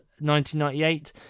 1998